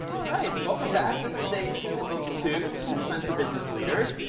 all right, welcome back. this is day two of two, computer science for business leaders.